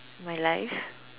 my life